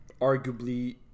arguably